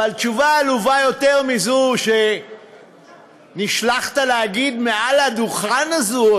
אבל תשובה עלובה יותר מזו שנשלחת להגיד מעל הדוכן הזה,